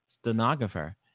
stenographer